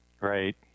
right